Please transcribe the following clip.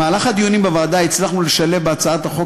בדיונים בוועדה הצלחנו לשלב בהצעת החוק